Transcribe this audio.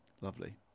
Lovely